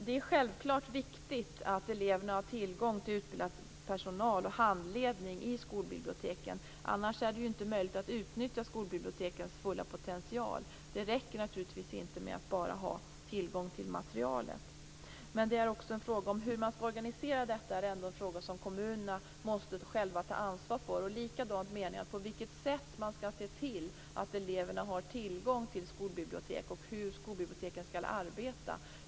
Det är självfallet viktigt att eleverna har tillgång till utbildad personal och handledning i skolbiblioteken. Annars är det inte möjligt att utnyttja skolbibliotekens fulla potential. Det räcker naturligtvis inte med att bara ha tillgång till materialet. Men hur man skall organisera detta är ändå en fråga som kommunerna själva måste ta ansvar för. Samma sak är det i fråga om på vilket sätt man ser till att eleverna har tillgång till bibliotek och hur skolbiblioteken skall arbeta.